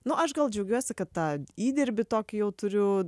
nu aš gal džiaugiuosi kad ta įdirbį tokį jau turiu